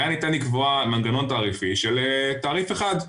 היה ניתן לקבוע מנגנון תעריפי של תעריף אחד.